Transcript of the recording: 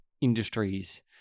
industries